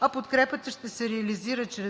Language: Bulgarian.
а подкрепата ще се реализира чрез